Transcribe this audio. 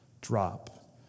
drop